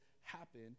happen